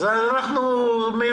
כלומר אנחנו מיותרים.